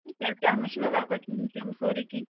کیٛازِ کہِ اَتھ منٛز چھُنہٕ حظ آسان کھٮ۪ون چٮ۪ون سورُے کیٚنٛہہ